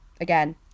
again